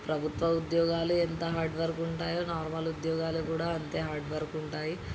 ప్రభుత్వ ఉద్యోగాలు ఎంత హార్డ్వర్క్ ఉంటాయో నార్మల్ ఉద్యోగాలు కూడా అంతే హార్డ్వర్క్ ఉంటాయి